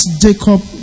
Jacob